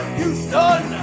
Houston